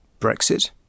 Brexit